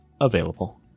available